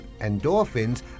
endorphins